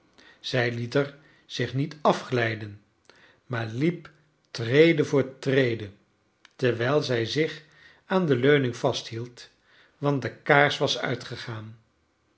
zij liet er zich niet afglijden maar liep trede voor trede terwijl zij zich aan de leuning vasthield want de kaars was uitgegaan